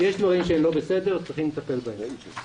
יש דברים שהם לא בסדר וצריכים לטפל בהם.